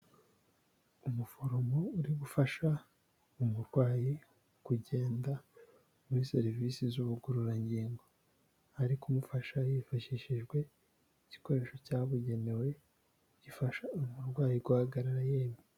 Umuforomo uri gufasha umurwayi kugenda muri serivisi z'ubugororangingo, ari kumufasha hifashishijwe igikoresho cyabugenewe gifasha uyu murwayi guhagarara yemye.